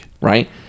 Right